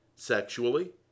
sexually